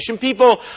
People